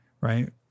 right